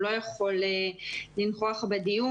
לא יכול לנכוח בדיון.